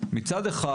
מצד אחד,